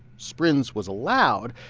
sbrinz was allowed,